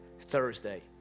Thursday